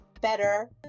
better